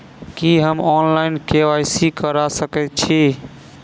की हम online, KYC करा सकैत छी?